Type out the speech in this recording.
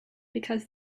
because